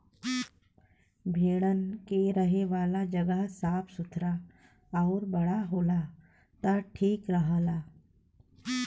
भेड़न के रहे वाला जगह साफ़ सुथरा आउर बड़ा होला त ठीक रहला